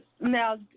Now